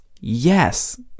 Yes